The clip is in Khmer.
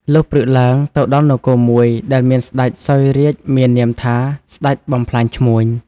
លុះព្រឹកឡើង ទៅដល់នគរមួយ ដែលមានស្តេចសោយរាជ្យមាននាមថា ស្តេច បំផ្លាញឈ្មួញ ។